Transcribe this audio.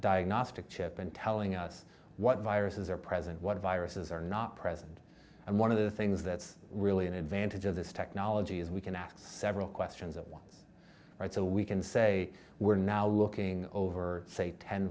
diagnostic chip and telling us what viruses are present what viruses are not present and one of the things that's really an advantage of this technology is we can ask several questions at once so we can say we're now looking over say ten